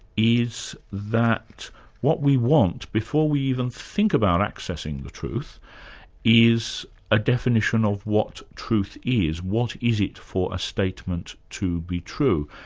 is that what we want before we even think about accessing the truth is a definition of what truth is, what is it for a statement to be true.